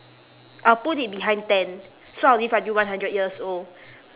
I'll put it behind ten so I'll live until one hundred years old